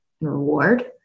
reward